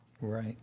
right